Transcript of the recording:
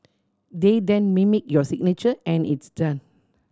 they then mimic your signature and it's done